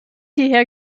hierher